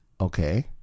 okay